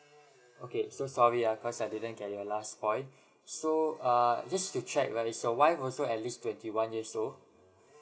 okay so sorry ah cause I didn't get your last point so err just to check whether is your wife also at least twenty one years old